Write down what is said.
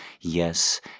yes